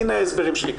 הנה ההסברים שלי,